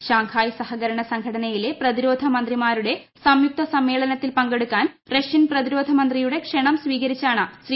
Shanghai സഹകരണ സംഘടനയിലെ പ്രതിരോധ മന്ത്രിമാരുടെ സംയുക്തസമ്മേളനത്തിൽ പങ്കെടുക്കാൻ റഷ്യൻ പ്രതിരോധമന്ത്രിയുടെ ക്ഷണം സ്വീകരിച്ചാണ് ശ്രീ